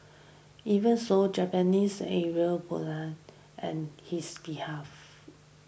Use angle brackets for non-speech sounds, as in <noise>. even so Japanese and <unintelligible> and his behalf